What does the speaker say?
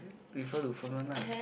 refer to phone one lah